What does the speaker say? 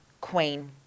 Queen